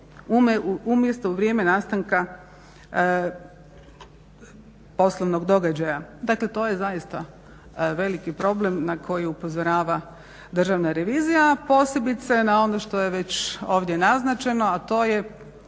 umjesto u vrijeme nastanka poslovnog događaja. Dakle, to je zaista veliki problem na koji upozorava Državna revizija, posebice na ono što je već ovdje naznačeno, a to je